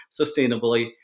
sustainably